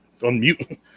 unmute